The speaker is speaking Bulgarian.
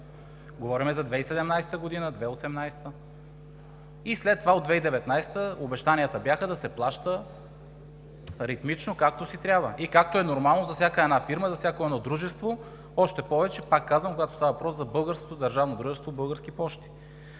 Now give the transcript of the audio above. Говорим за 2017 г. и за 2018 г. След това от 2019 г. обещанията бяха да се плаща ритмично, както си трябва и както е нормално за всяка една фирма, за всяко едно дружество. Още повече, пак казвам, когато става въпрос за българското държавно дружество „Български пощи“.